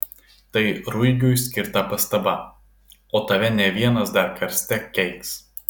tai ruigiui skirta pastaba o tave ne vienas dar karste keiks